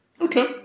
Okay